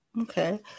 Okay